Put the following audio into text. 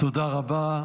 תודה רבה.